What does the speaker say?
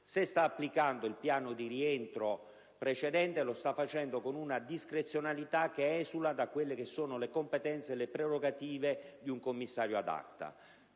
Se sta applicando il piano di rientro precedente, lo sta facendo con una discrezionalità che esula dalle competenze e dalle prerogative di un commissario *ad acta*.